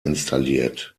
installiert